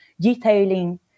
detailing